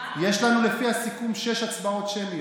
יש לנו לפי הסיכום שש הצבעות שמיות.